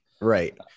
Right